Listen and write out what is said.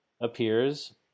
appears